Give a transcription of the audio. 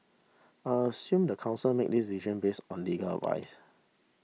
I assume the council made this decision based on legal advice